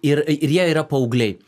ir ir jie yra paaugliai